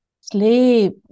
sleep